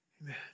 Amen